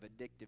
addictive